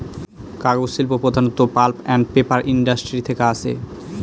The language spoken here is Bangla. কাগজ শিল্প প্রধানত পাল্প আন্ড পেপার ইন্ডাস্ট্রি থেকে আসে